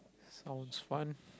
sounds fun